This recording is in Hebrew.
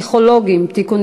אין מתנגדים,